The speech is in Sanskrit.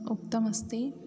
उक्तमस्ति